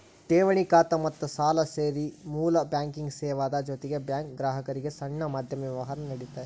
ಠೆವಣಿ ಖಾತಾ ಮತ್ತ ಸಾಲಾ ಸೇರಿ ಮೂಲ ಬ್ಯಾಂಕಿಂಗ್ ಸೇವಾದ್ ಜೊತಿಗೆ ಬ್ಯಾಂಕು ಗ್ರಾಹಕ್ರಿಗೆ ಸಣ್ಣ ಮಧ್ಯಮ ವ್ಯವ್ಹಾರಾ ನೇಡ್ತತಿ